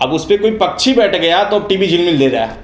अब उस पे कोई पक्षी बैठ गया तो टी वी झिल मिल दे रहा है